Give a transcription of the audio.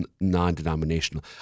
non-denominational